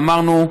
ואמרנו: